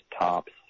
tops